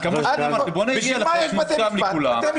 -- של תמר זנדברג --- בשביל מה יש בתי משפט?